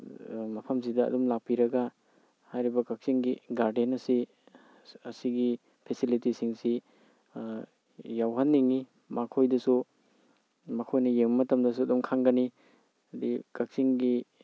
ꯃꯐꯝꯁꯤꯗ ꯑꯗꯨꯝ ꯂꯥꯛꯄꯤꯔꯒ ꯍꯥꯏꯔꯤꯕ ꯀꯛꯆꯤꯡꯒꯤ ꯒꯥꯔꯗꯦꯟ ꯑꯁꯤ ꯑꯁꯤꯒꯤ ꯐꯦꯁꯤꯂꯤꯇꯤꯖꯁꯤꯡꯁꯤ ꯌꯥꯎꯍꯟꯅꯤꯡꯉꯤ ꯃꯈꯣꯏꯗꯁꯨ ꯃꯈꯣꯏꯅ ꯌꯦꯡꯕ ꯃꯇꯝꯗꯁꯨ ꯑꯗꯨꯝ ꯈꯪꯒꯅꯤ ꯑꯗꯤ ꯀꯛꯆꯤꯡꯒꯤ